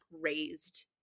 raised